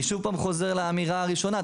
אני שוב פעם חוזר לאמירה הראשונה,